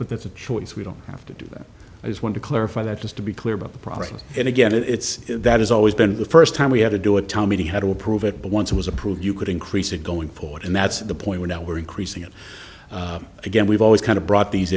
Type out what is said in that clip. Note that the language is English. but that's a choice we don't have to do that i just want to clarify that just to be clear about the process and again it's that has always been the first time we had to do it tommy had to approve it but once it was approved you could increase it going forward and that's the point we're now we're increasing it again we've always kind of brought these